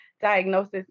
diagnosis